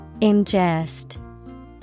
Ingest